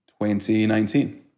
2019